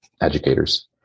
educators